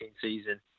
season